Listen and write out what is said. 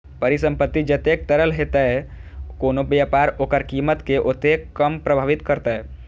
परिसंपत्ति जतेक तरल हेतै, कोनो व्यापार ओकर कीमत कें ओतेक कम प्रभावित करतै